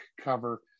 cover